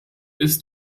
ist